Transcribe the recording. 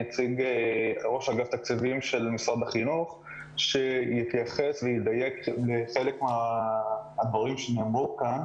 ראש ענף תקציבים של משרד החינוך שיתייחס וידייק חלק מהדברים שנאמרו כאן.